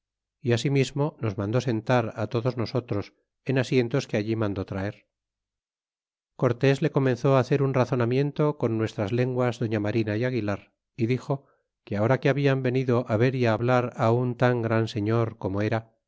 y asimismo nos mandó sentar todos nosotros en asientos que allí mandó traer cortés le comenzó hacer un razonamiento con nuestras lenguas doña marina é aguilar é dixo que ahora que habla venido ver y hablar un tan gran señor como era